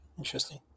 Interesting